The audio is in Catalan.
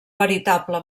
veritable